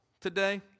today